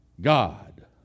God